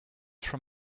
from